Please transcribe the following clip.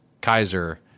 Kaiser